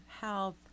health